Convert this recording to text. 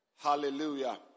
Hallelujah